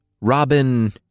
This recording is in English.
Robin